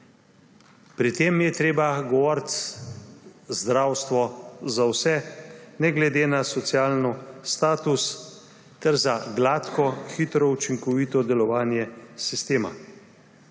Pri tem je treba govoriti – zdravstvo za vse, ne glede na socialni status, ter za gladko, hitro, učinkovito delovanje sistema.